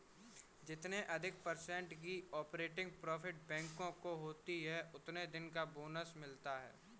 जितने अधिक पर्सेन्ट की ऑपरेटिंग प्रॉफिट बैंकों को होती हैं उतने दिन का बोनस मिलता हैं